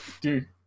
dude